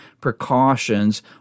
precautions